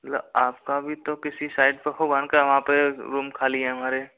मतलब आपका भी तो किसी साइट पे होगा न कि वहाँ पे रूम खाली है हमारे